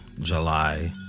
July